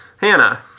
Hannah